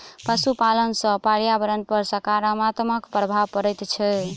पशुपालन सॅ पर्यावरण पर साकारात्मक प्रभाव पड़ैत छै